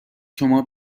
شما